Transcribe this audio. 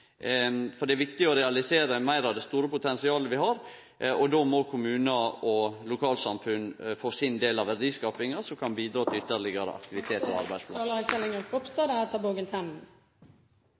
For det er viktig å realisere meir av det store potensialet vi har, og då må kommunar og lokalsamfunn få si del av verdiskapinga, som kan bidra til ytterlegare aktivitet. Vi er alle for økt vindkraftutbygging, og